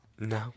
No